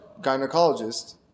gynecologist